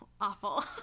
awful